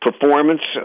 performance